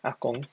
阿公